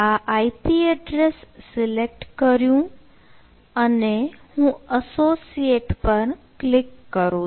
આ IP address select કર્યું અને હું એસોસિએટ પર ક્લિક કરું